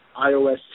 iOS